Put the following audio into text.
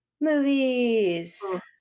movies